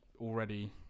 already